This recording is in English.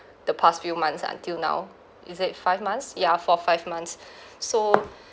the past few months until now is it five months ya for five months so